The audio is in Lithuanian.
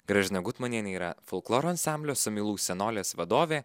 gražina gutmanienė yra folkloro ansamblio samylų senolės vadovė